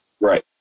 Right